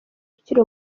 ukiri